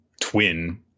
twin